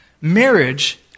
Marriage